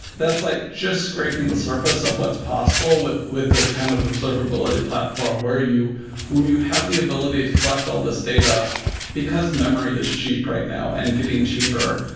that's like just scraping the surface of what's possible with with this kind of observability platform, where you where you have the ability to collect all these data because memory is cheap right now, and getting cheaper.